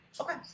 Okay